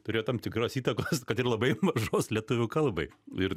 turėjo tam tikros įtakos kad ir labai mažos lietuvių kalbai ir